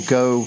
go